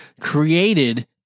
created